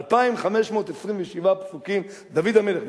2,527 פסוקים, דוד המלך.